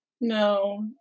No